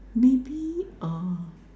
maybe ah